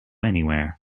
anywhere